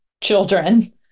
Children